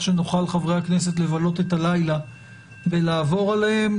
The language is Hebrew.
שנוכל חברי הכנסת לבלות את הלילה ולעבור עליהם.